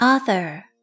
Author